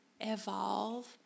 evolve